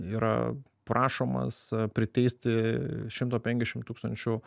yra prašomas priteisti šimto penkiasšim tūkstančių